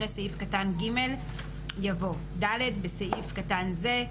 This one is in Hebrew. אחרי סעיף קטן (ג) יבוא: "(ד) (1) בסעיף קטן זה,